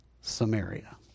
Samaria